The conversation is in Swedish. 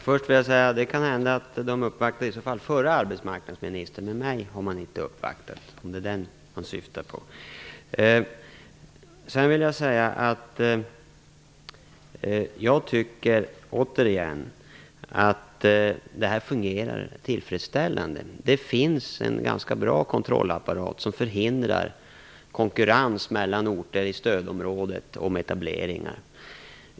Fru talman! Det kan hända att de i så fall uppvaktade den förra arbetsmarknadsministern, för mig har man inte uppvaktat. Jag tycker att det här fungerar tillfredsställande. Det finns en ganska bra kontrollapparat som förhindrar konkurrens om etableringar mellan orter i stödområdet.